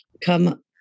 come